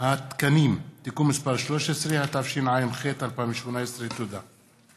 התקנים (תיקון מס' 13), התשע"ח 2018. תודה.